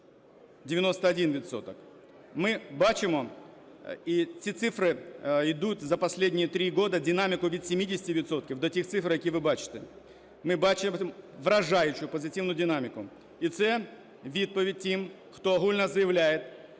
Ми бачимо, ці цифри йдуть за последние 3 года, динаміку від 70 відсотків до тих цифр, які ви бачите. Ми бачимо вражаючу позитивну динаміку. І це відповідь тим, хто огульно заявляє,